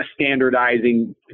standardizing